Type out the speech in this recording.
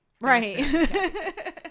Right